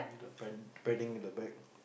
the pad padding at the back